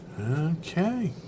Okay